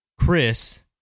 Chris